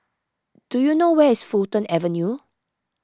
do you know where is Fulton Avenue